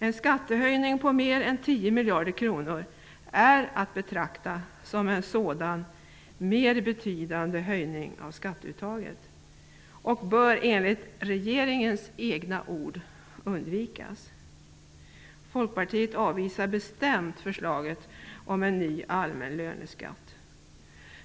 En skattehöjning på mer än 10 miljarder kronor är att betrakta som en sådan "mer betydande höjning av skatteuttaget" och bör enligt regeringens egna ord undvikas. Folkpartiet avvisar bestämt förslaget om en ny allmän löneskatt.